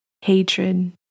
hatred